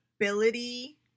ability